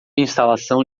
instalação